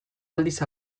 aldiz